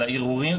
לערעורים.